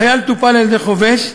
החייל טופל על-ידי חובש,